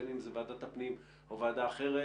בין אם זאת ועדת הפנים או ועדה אחרת,